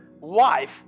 wife